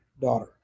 daughter